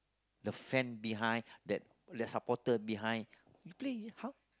the fan behind that their supporter behind you play you how